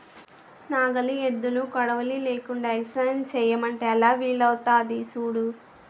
నాగలి, ఎద్దులు, కొడవలి లేకుండ ఎగసాయం సెయ్యమంటే ఎలా వీలవుతాది సూడు